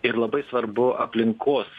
ir labai svarbu aplinkos